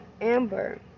amber